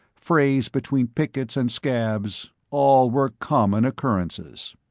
frays between pickets and scabs all were common occurrences.